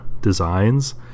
designs